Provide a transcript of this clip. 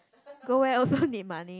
go where also need money